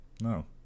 No